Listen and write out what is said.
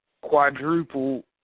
quadruple